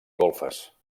golfes